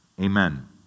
Amen